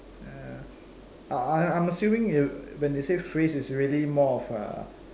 uh I I'm assuming when they say phrase it's really more of a